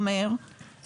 משרד האוצר,